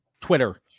Twitter